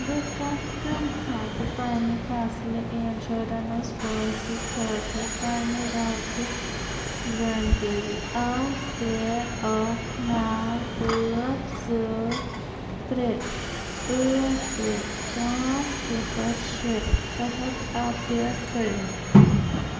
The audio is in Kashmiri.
بہٕ کَتھ کٔنۍ ہٮ۪کہٕ پنٛنہِ فصلہٕ اِنشورٮ۪نٕس پالسی خٲطرٕ پنٛنہِ رابطٕچ زانٛکٲری اکھ ترٛےٚ اکھ نَو ٲٹھ زٕ ترٛےٚ ٲٹھ ترٛےٚ پانٛژھ صِفر شےٚ تحت اَپڈیٹ کٔرِتھ